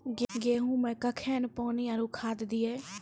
गेहूँ मे कखेन पानी आरु खाद दिये?